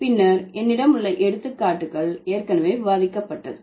பின்னர் என்னிடம் உள்ள எடுத்துக்காட்டுகள் ஏற்கனவே விவாதிக்கப்பட்டது